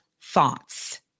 thoughts